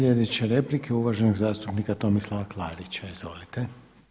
Sljedeća replika je uvaženog zastupnika Tomislava Klarića, izvolite.